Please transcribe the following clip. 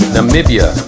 Namibia